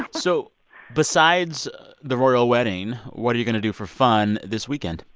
so besides the royal wedding, what are you going to do for fun this weekend?